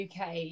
UK